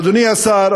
אדוני השר,